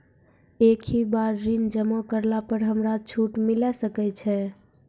एक ही बार ऋण जमा करला पर हमरा छूट मिले सकय छै?